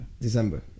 December